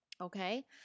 Okay